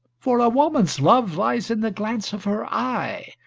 for a woman's love lies in the glance of her eye,